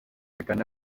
begann